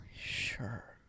sure